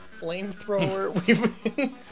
flamethrower